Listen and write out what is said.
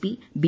P B